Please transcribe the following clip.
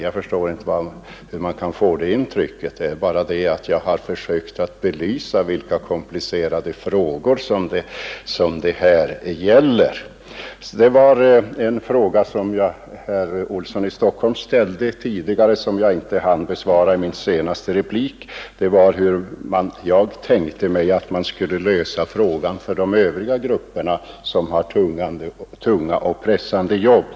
Jag förstår inte hur man kan ha fått det intrycket. Jag har bara försökt belysa vilka komplicerade frågor det här gäller. När herr Olsson i Stockholm tidigare talade om gruvarbetarnas pension ställde han en fråga till mig, som jag inte hann besvara i min senaste replik, nämligen den hur jag tänkte mig att vi skulle kunna lösa problemet för de övriga grupper som har tunga och pressande jobb.